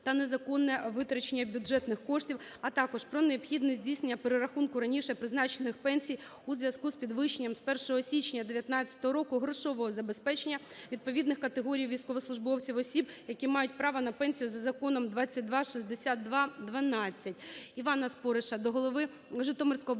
та незаконне витрачання бюджетних коштів, а також, про необхідність здійснення перерахунку раніше призначених пенсій у зв'язку з підвищенням з 1 січня 2019 року грошового забезпечення відповідних категорій військовослужбовців, осіб, які мають право на пенсію за Законом 2262-ХІІ.